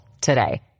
today